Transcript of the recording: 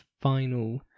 final